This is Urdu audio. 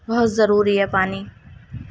بہت ضروری ہے پانی